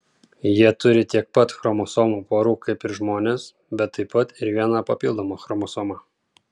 jie turi tiek pat chromosomų porų kaip ir žmonės bet taip pat ir vieną papildomą chromosomą